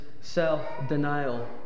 self-denial